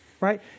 right